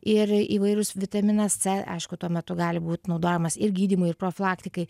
ir įvairūs vitaminas c aišku tuo metu gali būt naudojamas ir gydymui ir profilaktikai